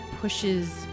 pushes